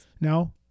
No